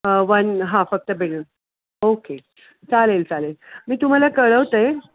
one हा फक्त okay चालेल चालेल मी तुम्हाला कळवते